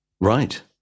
Right